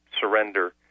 surrender